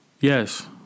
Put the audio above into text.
Yes